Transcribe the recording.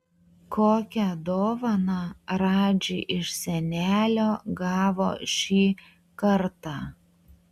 kokią dovaną radži iš senelio gavo šį kartą